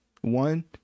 one